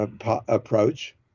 approach